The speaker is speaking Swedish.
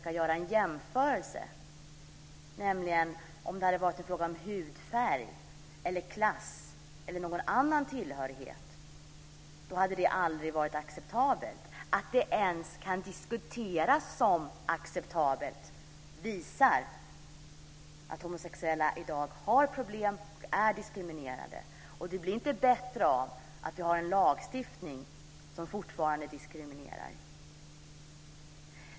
Vi ville visa att det aldrig hade accepterats om det hade varit en fråga om hudfärg, klass eller något annat. Att man alls kan diskutera om det ska accepteras eller inte visar att homosexuella i dag har problem och är diskriminerade. Det blir inte bättre av att vi har en lagstiftning som fortfarande diskriminerar.